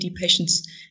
patients